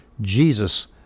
Jesus